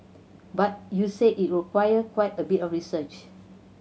but you said it require quite a bit of research